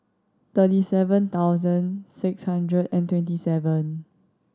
thirty seven thousand six hundred and twenty seven